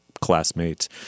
classmates